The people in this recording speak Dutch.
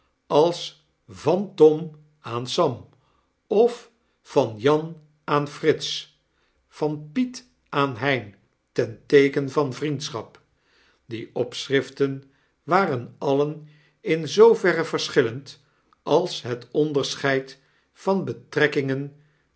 als van tom aan sam of van jan aan frits van piet aanhein ten teeken van vriendschap die opschriften waren alien in zooverre verschillend als het onderscheid van betrekkingen